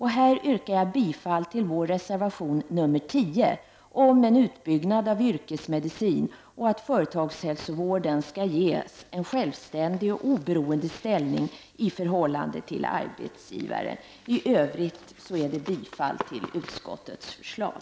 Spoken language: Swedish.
Här yrkar jag bifall till vår reservation 10, där vi säger att det behövs en utbyggnad av de yrkesmedicinska klinikerna och att företagshälsovården skall ges en självständig och oberoende ställning i förhållande till arbetsgivaren. I övrigt yrkar jag bifall till utskottets hemställan.